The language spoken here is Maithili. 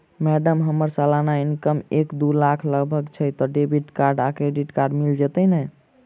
मैडम हम्मर सलाना इनकम एक दु लाख लगभग छैय तऽ डेबिट कार्ड आ क्रेडिट कार्ड मिल जतैई नै?